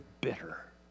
bitter